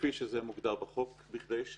כפי שזה מוגדר בחוק, לא ישנה את שמו, כדי שאנחנו,